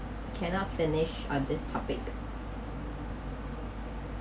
cannot finish on this topic